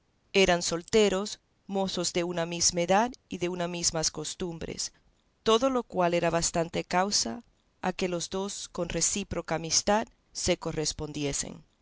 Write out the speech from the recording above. eran solteros mozos de una misma edad y de unas mismas costumbres todo lo cual era bastante causa a que los dos con recíproca amistad se correspondiesen